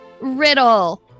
Riddle